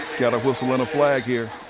got a whistle and a flag here.